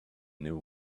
new